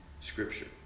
scripture